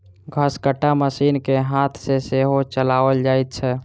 घसकट्टा मशीन के हाथ सॅ सेहो चलाओल जाइत छै